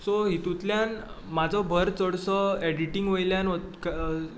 so हेतुंतल्यान म्हाजो भर चड सो एडिटींग वयल्यान